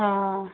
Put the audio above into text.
অঁ